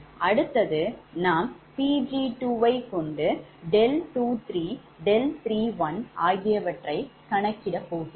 அடுத்தது நாம் Pg2 ஐ கொண்டு 𝛿23 𝛿31 ஆகியவற்றை கணக்கிட போகிறோம்